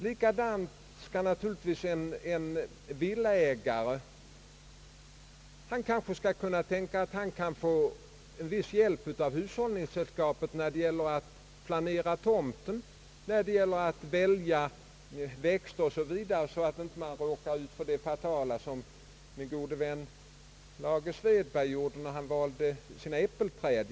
Likaså skall naturligtvis en villaägare kunna räkna på viss hjälp av hushållningssällskapet när det gäller för honom att planera tomten, välja växter o. s. Vv. Man skall inte behöva råka ut för samma fatalitet som min gode vän Lage Svedberg gjorde när han valde sina äppelträd.